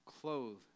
clothe